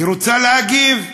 היא רוצה להגיב.